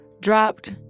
dropped